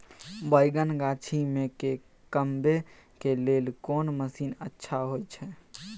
बैंगन गाछी में के कमबै के लेल कोन मसीन अच्छा होय छै?